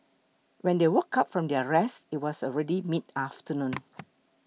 when they woke up from their rest it was already midafternoon